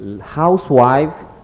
housewife